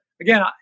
again